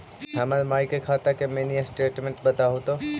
हमर माई के खाता के मीनी स्टेटमेंट बतहु तो?